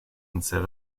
instead